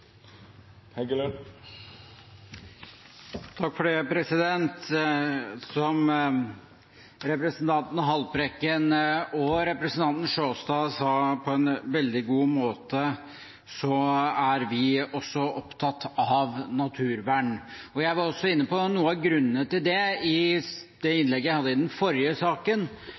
Som representanten Haltbrekken og representanten Sjåstad sa på en veldig god måte, er vi også opptatt av naturvern. Jeg var inne på noen av grunnene til det i innlegget jeg hadde i den forrige saken,